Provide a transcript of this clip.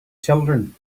children